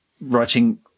writing